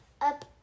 up